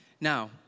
Now